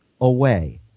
away